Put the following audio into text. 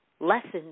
lessons